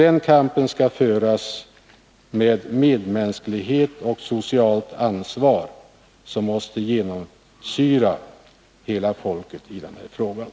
Den kampen skall föras med medmänsklighet och socialt ansvar, som i denna fråga måste genomsyra hela folket.